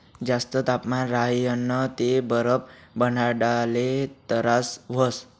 जास्त तापमान राह्यनं ते बरफ बनाडाले तरास व्हस